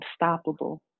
unstoppable